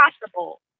possible